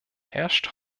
herrscht